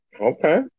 Okay